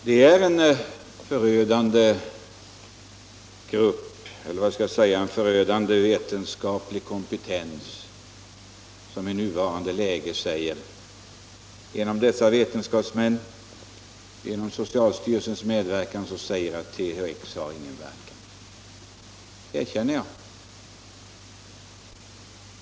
Herr talman! De vetenskapsmän som genom socialstyrelsen säger att THX inte har någon verkan har en förödande kompetens. Det erkänner jag.